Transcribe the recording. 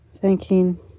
Thanking